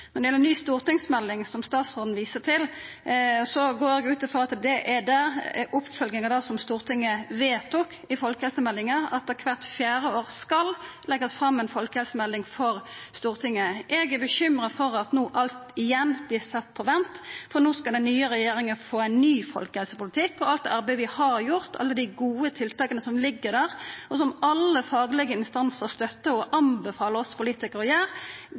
Når det gjeld ny stortingsmelding, som statsråden viser til, går eg ut frå at det er oppfølging av det som Stortinget vedtok i folkehelsemeldinga, at det kvart fjerde år skal leggjast fram ei folkehelsemelding for Stortinget. Eg er bekymra for at alt no igjen vert sett på vent, for no skal den nye regjeringa få ein ny folkehelsepolitikk, og alt arbeidet vi har gjort – alle dei gode tiltaka som ligg der, og som alle faglege instansar støttar og anbefaler oss politikarar